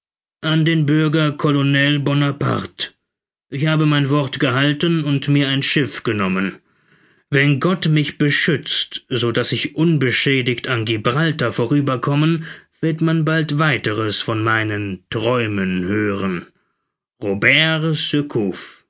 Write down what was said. an den bürger colonel bonaparte ich habe mein wort gehalten und mir ein schiff genommen wenn gott mich beschützt so daß ich unbeschädigt an gibraltar vorüberkommen wird man bald weiteres von meinen träumen hören robert